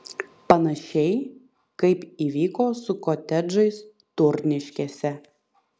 panašiai kaip įvyko su kotedžais turniškėse